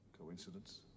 Coincidence